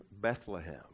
Bethlehem